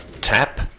tap